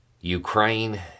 Ukraine